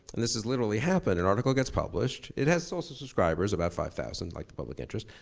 and this has literally happened, an article gets published, it has social subscribers, about five thousand like the public interest.